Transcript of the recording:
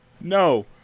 no